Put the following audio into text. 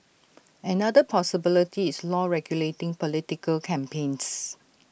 another possibility is law regulating political campaigns